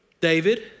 David